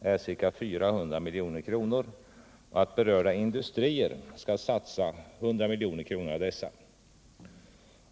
är ca 400 milj.kr. och att berörda industrier skall satsa 100 milj.kr. av dessa.